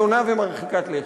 שונה ומרחיקת לכת.